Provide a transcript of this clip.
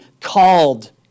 called